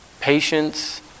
Patience